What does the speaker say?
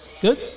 Good